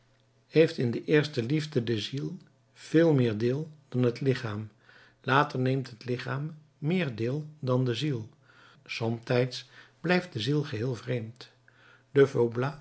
heeft in de eerste liefde de ziel veel meer deel dan het lichaam later neemt het lichaam meer deel dan de ziel somtijds blijft de ziel geheel vreemd